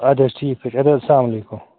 اَدٕ حظ ٹھیٖک حظ چھِ اَدٕ حظ سلام علیکُم